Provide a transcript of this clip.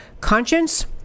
conscience